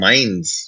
Minds